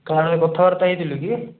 କାହା ସାଙ୍ଗରେ କଥାବାର୍ତ୍ତା ହେଇଥିଲୁ କି